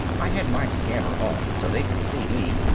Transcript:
i had my scanner on, so they could see me,